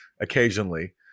occasionally